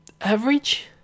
Average